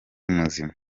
muzima